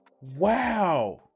Wow